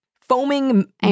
foaming